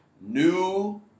new